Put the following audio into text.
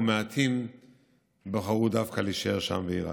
ומעטים בחרו דווקא להישאר שם בעיראק.